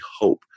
hope